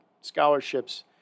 scholarships